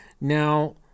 Now